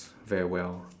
very well